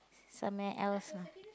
somewhere else lah